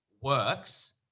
works